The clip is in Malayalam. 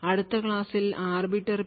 അടുത്ത ക്ലാസ്സിൽ ആർബിറ്റർ പി